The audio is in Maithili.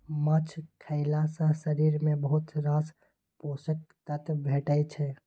माछ खएला सँ शरीर केँ बहुत रास पोषक तत्व भेटै छै